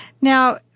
Now